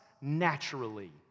naturally